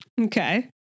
Okay